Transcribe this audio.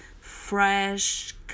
fresh